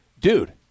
dude